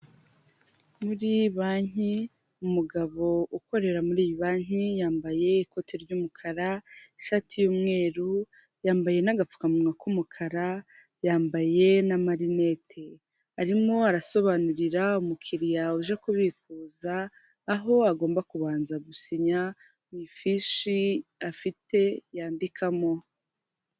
Muri banki, umugabo ukorera muri iyi banki yambaye ikote ry'umukara, ishati y'umweru, yambaye n'agapfukamunwa k'umukara, yambaye n'amarinete. Arimo arasonaburira umukiriya uje kubikuza aho agomba kubanza gusinya, mu ifishi afite, yandikamo.